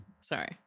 Sorry